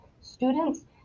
students